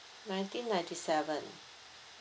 nineteen ninety seven